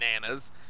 bananas